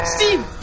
Steve